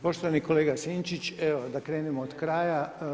Poštovani kolega Sinčić, evo da krenemo od kraja.